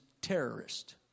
terrorist